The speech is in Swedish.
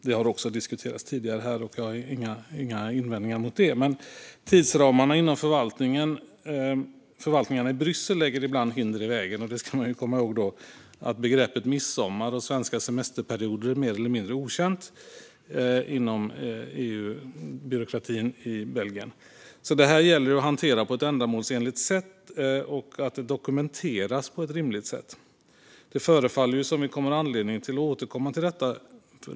Även detta har diskuterats tidigare i dag, och jag har inga invändningar mot det här. Men tidsramarna inom förvaltningarna i Bryssel lägger ibland hinder i vägen. Man ska komma ihåg att begreppet midsommar och svenska semesterperioder är något mer eller mindre okänt inom EU-byråkratin i Belgien. Det gäller att hantera detta på ett ändamålsenligt sätt, och det måste dokumenteras på ett rimligt sätt. Det förefaller som att vi kommer att ha anledning att återkomma till detta.